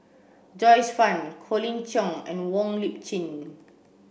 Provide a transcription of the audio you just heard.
Joyce Fan Colin Cheong and Wong Lip Chin